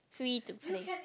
free to play